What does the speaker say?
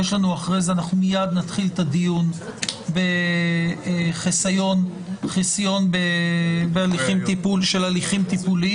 מיד אחר כך נתחיל את הדיון בחיסיון של הליכים טיפוליים.